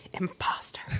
imposter